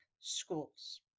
schools